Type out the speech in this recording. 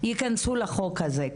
ייכנסו לחוק הזה,